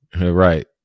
Right